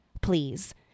Please